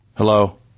Hello